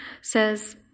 says